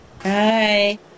Hi